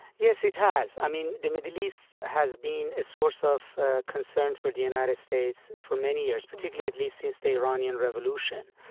yes, it has. i mean, the middle east has been a source of ah concern for the united states for many years, particularly at least since the iranian revolution.